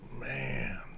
Man